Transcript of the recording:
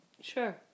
Sure